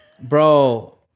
Bro